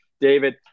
david